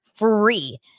Free